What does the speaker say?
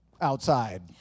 outside